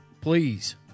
please